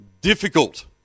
difficult